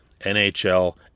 NHL